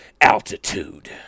Altitude